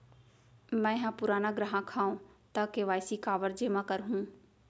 मैं ह पुराना ग्राहक हव त के.वाई.सी काबर जेमा करहुं?